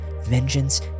Vengeance